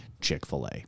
Chick-fil-A